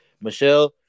Michelle –